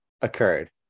occurred